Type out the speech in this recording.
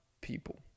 people